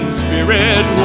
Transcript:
spirit